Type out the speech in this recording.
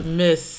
miss